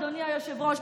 אדוני היושב-ראש,